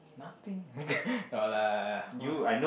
nothing no lah [wah]